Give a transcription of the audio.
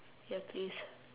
ya please